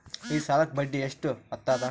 ಈ ಸಾಲಕ್ಕ ಬಡ್ಡಿ ಎಷ್ಟ ಹತ್ತದ?